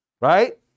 Right